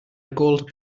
gold